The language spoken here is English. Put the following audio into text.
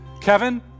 Kevin